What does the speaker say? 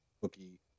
cookie